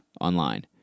online